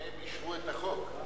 והם אישרו את החוק.